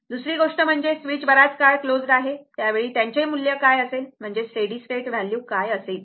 दुसरी गोष्ट म्हणजे स्विच बराच काळ क्लोज्ड आहे त्यावेळी त्यांचे मूल्य काय असेल म्हणजे स्टेडी स्टेट व्हॅल्यू काय असेल